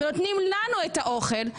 נותנים לנו את האוכל,